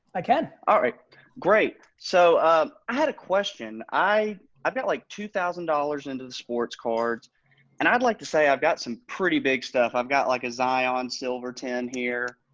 i can. alright great. so um i had a question. i got like two thousand dollars into the sports cards and i'd like to say, i've got some pretty big stuff. i've got like a zion silver ten here.